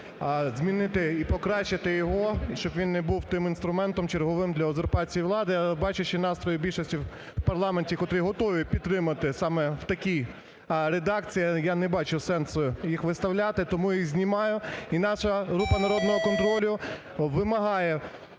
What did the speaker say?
змінити і покращити його, щоб він не був тим інструментом черговим для узурпації влади. Але бачу, що настрої більшості в парламенті, котрі готові підтримати саме в такій редакції, я не бачу сенсу їх виставляти, тому їх знімаю. І наша група "Народного контролю" вимагає